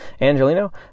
Angelino